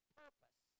purpose